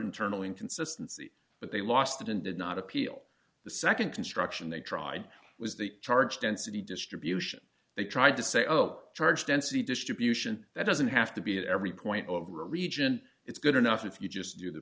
internal inconsistency but they lost it and did not appeal the nd construction they tried was the charge density distribution they tried to say oh charge density distribution that doesn't have to be at every point over a region it's good enough if you just do the